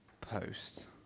Post